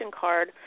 card